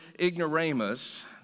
ignoramus